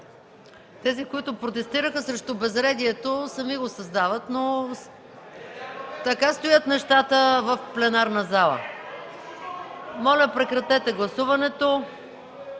Тези, които протестираха срещу безредието, сами го създават. Така стоят нещата в пленарната зала. Подлагам на гласуване